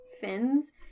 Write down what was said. fins